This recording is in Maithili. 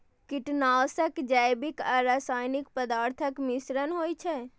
कीटनाशक जैविक आ रासायनिक पदार्थक मिश्रण होइ छै